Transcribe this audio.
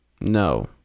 No